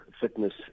fitness